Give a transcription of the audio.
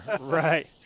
Right